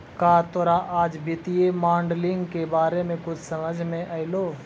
का तोरा आज वित्तीय मॉडलिंग के बारे में कुछ समझ मे अयलो?